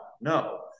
No